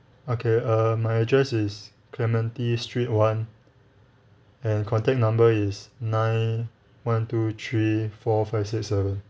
okay err my addresses is clementi street one and contact number is nine one two three four five six seven